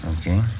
Okay